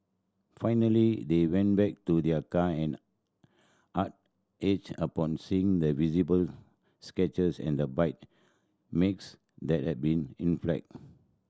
finally they went back to their car and heart ached upon seeing the visible scratches and bite makes that had been inflicted